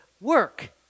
work